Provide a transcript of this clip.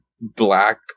black